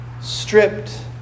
Stripped